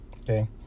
okay